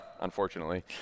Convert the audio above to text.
unfortunately